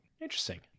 Interesting